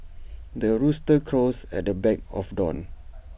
the rooster crows at the back of dawn